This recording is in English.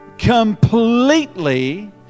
completely